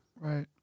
Right